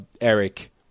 Eric